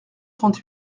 trente